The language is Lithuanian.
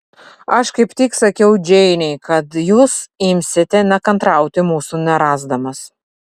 aš kaip tik sakiau džeinei kad jūs imsite nekantrauti mūsų nerasdamas